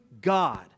God